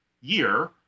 year